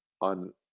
on